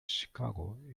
chicago